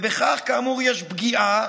בכך כאמור יש פגיעה